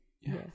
Yes